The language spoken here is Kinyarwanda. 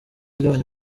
igabanya